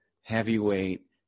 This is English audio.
Heavyweight